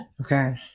Okay